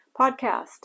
podcast